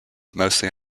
mostly